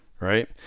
right